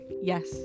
Yes